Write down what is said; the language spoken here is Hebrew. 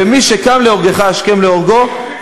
שמי שקם להורגך השכם להורגו,